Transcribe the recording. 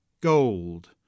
gold